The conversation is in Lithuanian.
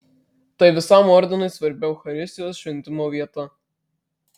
tai visam ordinui svarbi eucharistijos šventimo vieta